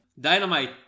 Dynamite